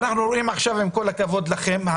עם כל הכבוד לכם,